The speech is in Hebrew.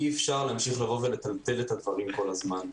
אי אפשר להמשיך לטלטל את הדברים כל הזמן.